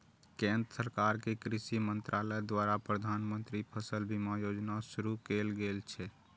केंद्र सरकार के कृषि मंत्रालय द्वारा प्रधानमंत्री फसल बीमा योजना शुरू कैल गेल छै